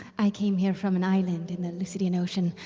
i came here from an island in the lucidian ocean.